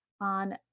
on